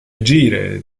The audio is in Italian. agire